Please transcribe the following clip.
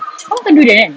kau makan durian kan